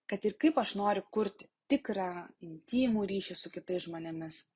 kad ir kaip aš noriu kurti tikrą intymų ryšį su kitais žmonėmis